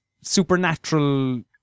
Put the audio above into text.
supernatural